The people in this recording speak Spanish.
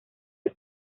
del